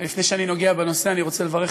לפני שאני נוגע בנושא אני רוצה לברך